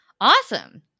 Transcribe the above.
Awesome